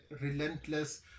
relentless